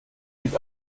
gilt